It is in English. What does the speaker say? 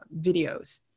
videos